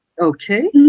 okay